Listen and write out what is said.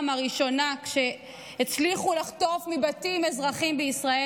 הראשונה כשהצליחו לחטוף מבתים אזרחים בישראל.